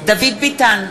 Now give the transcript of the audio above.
דוד ביטן,